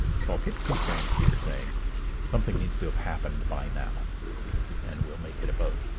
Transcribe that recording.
so i'll put key frames here saying something needs to have happened by now and we'll make it about